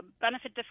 benefit